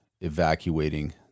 evacuating